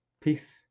peace